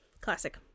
Classic